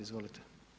Izvolite.